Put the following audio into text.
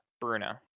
Bruno